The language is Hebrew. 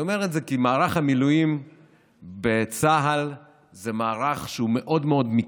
אני אומר את זה כי מערך המילואים בצה"ל זה מערך שהוא מאוד מאוד מקצועי.